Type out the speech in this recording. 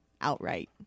outright